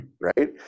Right